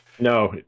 No